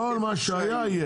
כל מה שהיה יהיה.